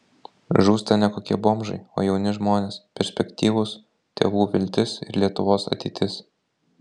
žūsta ne kokie bomžai o jauni žmonės perspektyvūs tėvų viltis ir lietuvos ateitis